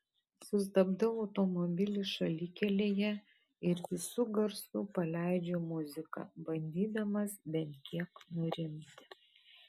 sustabdau automobilį šalikelėje ir visu garsu paleidžiu muziką bandydamas bent kiek nurimti